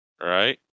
right